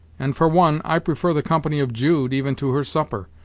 and for one, i prefer the company of jude even to her supper.